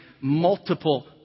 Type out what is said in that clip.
multiple